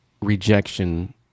rejection